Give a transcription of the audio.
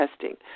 testing